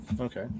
Okay